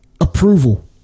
approval